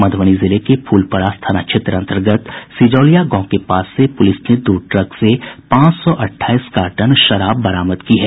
मध्रबनी जिले के फुलपरास थाना क्षेत्र अन्तर्गत सिजौलिया गांव के पास से पुलिस ने दो ट्रक से पांच सौ अट्ठाईस कार्टन शराब बरामद की है